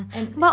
and